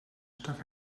stak